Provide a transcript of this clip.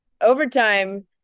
overtime